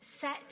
Set